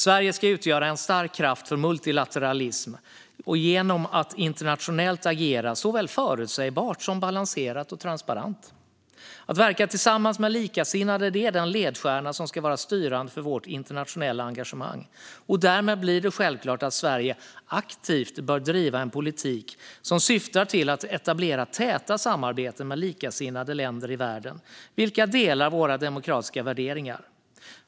Sverige ska utgöra en stark kraft för multilateralism och ska internationellt agera såväl förutsägbart som balanserat och transparent. Att verka tillsammans med likasinnade är den ledstjärna som ska vara styrande för vårt internationella engagemang. Därmed blir det självklart att Sverige aktivt bör driva en politik som syftar till att etablera täta samarbeten med likasinnade länder i världen vilka delar våra demokratiska värderingar.